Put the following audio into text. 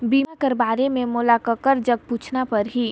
बीमा कर बारे मे मोला ककर जग पूछना परही?